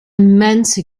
immense